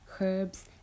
herbs